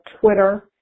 Twitter